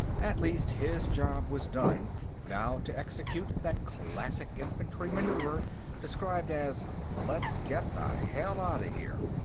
at least, his job was done now to execute that classic infantry maneuver described as, let's get the hell outa here.